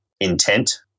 intent